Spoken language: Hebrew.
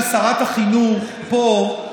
טוב, תראה, מכיוון ששרת החינוך פה,